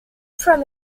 from